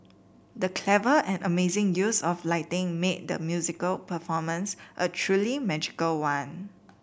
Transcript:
the clever and amazing use of lighting made the musical performance a truly magical one